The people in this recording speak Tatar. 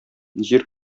җир